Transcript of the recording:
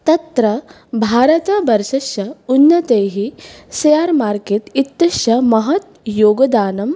तत्र भारतवर्षस्य उन्नतैः सेयार् मार्केत् इत्यस्य महत् योगदानं